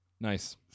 Nice